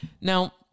Now